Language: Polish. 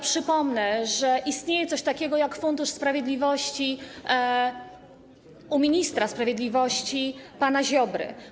Przypomnę, że istnieje coś takiego, jak Fundusz Sprawiedliwości u ministra sprawiedliwości pana Ziobry.